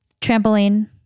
trampoline